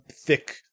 thick